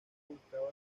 buscaba